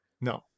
No